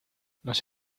nos